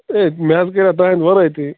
A مےٚ حظ کَریاو تُہٕنٛدِ وَرٲے تہِ